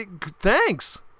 thanks